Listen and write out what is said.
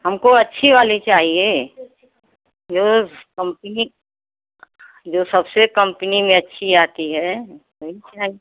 हमको अच्छी वाली चाहिए जो कम्पनी जो सबसे कम्पनी में अच्छी आती है वही चाही